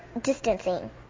Distancing